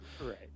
right